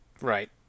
Right